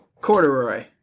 Corduroy